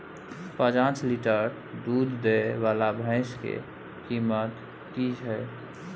प जॉंच लीटर दूध दैय वाला भैंस के कीमत की हय?